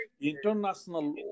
international